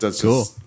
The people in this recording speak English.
Cool